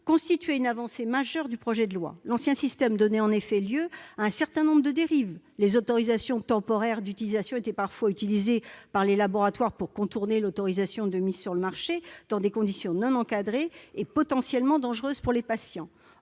constituait « une avancée majeure du projet de loi. L'ancien système donnait, en effet, lieu à un certain nombre de dérives : les autorisations temporaires d'utilisation étaient parfois utilisées par les laboratoires pour contourner l'autorisation de mise sur le marché, dans des conditions non encadrées et potentiellement dangereuses pour les patients.